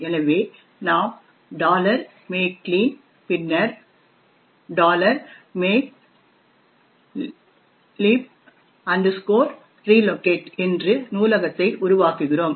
எனவே நாம் make clean பின்னர் make lib reloc என்று நூலகத்தை உருவாக்குகிறோம்